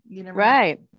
Right